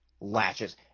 latches